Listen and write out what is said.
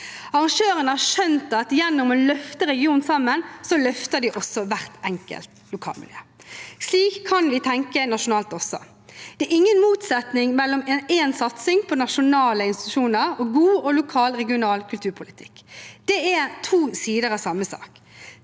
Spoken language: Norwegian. Arrangørene har skjønt at ved å løfte regionen sammen løfter de også hvert enkelt lokalmiljø. Slik kan vi tenke nasjonalt også. Det er ingen motsetning mellom en satsing på nasjonale institusjoner og god lokal og regional kulturpolitikk. Det er to sider av samme sak.